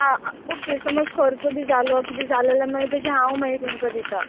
आं ओके समज खर्च बी जालो किदें जालें जाल्यार मागीर तेजें हांव मागीर तुमकां दिता